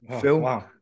Phil